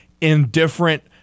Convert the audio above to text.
indifferent